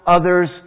others